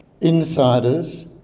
insiders